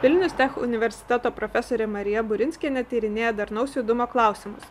vilnius tech universiteto profesorė marija burinskienė tyrinėja darnaus judumo klausimus